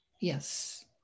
Yes